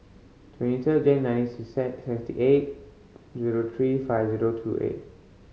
twenty third Jane nine sixty eight zero three five zero two eight